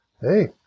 Hey